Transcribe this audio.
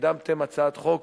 שקידמתם הצעת חוק